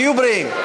תהיו בריאים.